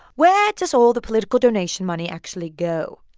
where does all the political donation money actually go?